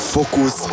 Focus